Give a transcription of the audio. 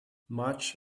much